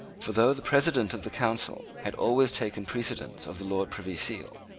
for, though the president of the council had always taken precedence of the lord privy seal,